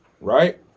Right